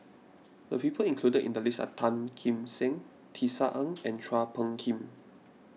the people included in the list are Tan Kim Seng Tisa Ng and Chua Phung Kim